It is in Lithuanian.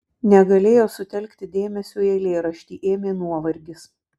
negalėjo sutelkti dėmesio į eilėraštį ėmė nuovargis